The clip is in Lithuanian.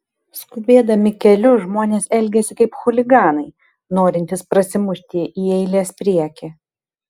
skubėdami keliu žmonės elgiasi kaip chuliganai norintys prasimušti į eilės priekį